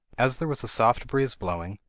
as there was a soft breeze blowing,